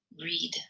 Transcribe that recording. read